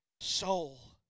soul